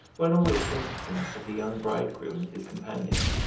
one always thinks of him as a young bridegroom with his companions,